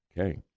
Okay